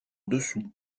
dessous